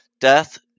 Death